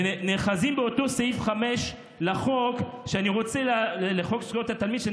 ונאחזים באותו סעיף 5 לחוק זכויות התלמיד.